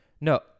No